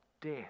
death